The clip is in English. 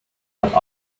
but